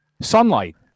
Sunlight